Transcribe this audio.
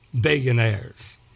Billionaires